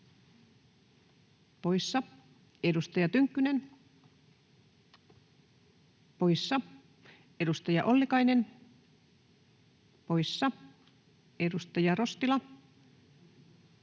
poissa, edustaja Tynkkynen poissa, edustaja Ollikainen poissa, edustaja Rostila poissa, edustaja Räsänen,